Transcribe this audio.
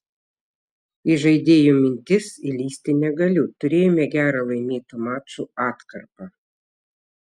į žaidėjų mintis įlįsti negaliu turėjome gerą laimėtų mačų atkarpą